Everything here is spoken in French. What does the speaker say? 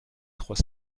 trois